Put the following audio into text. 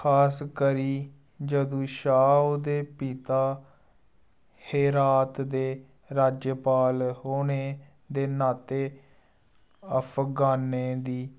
खासकरी जदूं शा ओह्दे पिता हेरात दे राज्यपाल होने दे नातै अफगानें दी